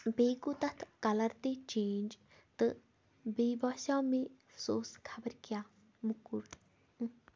بیٚیہِ گوٚو تَتھ کَلَر تہِ چینٛج تہٕ بیٚیہِ باسیو مےٚ سُہ اوس خبر کیٛاہ موٚکُر